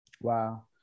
wow